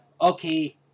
okay